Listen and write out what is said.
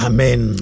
Amen